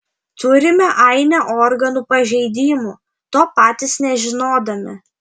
turime ainę organų pažeidimų to patys nežinodami